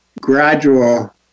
gradual